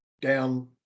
down